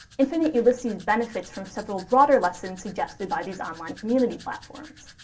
infinite ulysses benefits from several broader lessons suggested by these online community platforms.